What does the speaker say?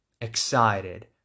excited